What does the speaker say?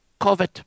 COVID